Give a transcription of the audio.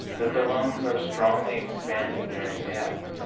that the lungs are strongly expanded during the act?